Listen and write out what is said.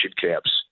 camps